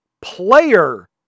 player